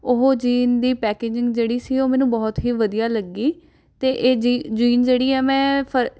ਉਹ ਜੀਨ ਦੀ ਪੈਕਿੰਜਿੰਗ ਜਿਹੜੀ ਸੀ ਉਹ ਮੈਨੂੰ ਬਹੁਤ ਹੀ ਵਧੀਆ ਲੱਗੀ ਅਤੇ ਇਹ ਜੀ ਜੀਨ ਜਿਹੜੀ ਹੈ ਮੈਂ ਫਰ